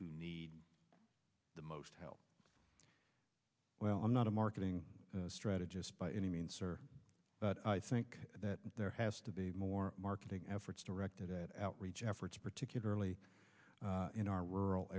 who need the most help well i'm not a marketing strategist by any means but i think that there has to be more marketing efforts directed at outreach efforts particularly in our rural